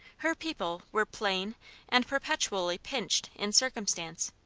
her people were plain and perpetually pinched in circumstance.